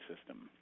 system